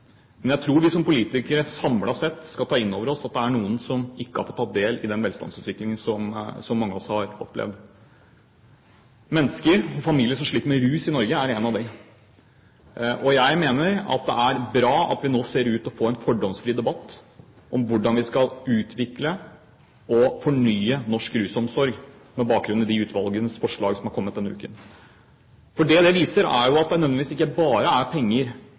Men jeg tror vi som politikere samlet sett skal ta inn over oss at det er noen som ikke har fått tatt del i den velstandsutviklingen som mange av oss har opplevd. Mennesker og familier som sliter med rus i Norge, er av dem. Jeg mener at det er bra at vi nå ser ut til å få en fordomsfri debatt om hvordan vi skal utvikle og fornye norsk rusomsorg med bakgrunn i de utvalgsforslagene som har kommet denne uken. For det de viser, er at det ikke nødvendigvis bare er penger